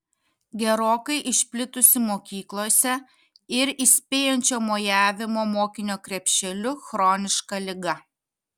gerokai išplitusi mokyklose ir įspėjančio mojavimo mokinio krepšeliu chroniška liga